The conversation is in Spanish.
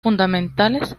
fundamentales